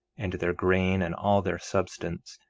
and their grain, and all their substance,